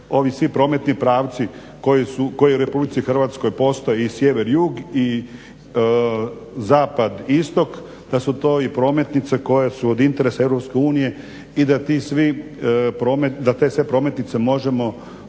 ovi svi prometni pravci koji u Republici Hrvatskoj postoje i sjever-jug, i zapad-istok, da su to i prometnice koje su od interesa Europske unije i da te sve prometnice možemo